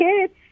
kids